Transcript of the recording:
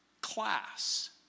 Class